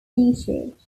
featured